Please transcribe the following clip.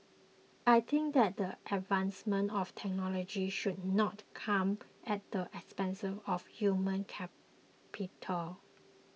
I think that the advancement of technology should not come at the expense of human capital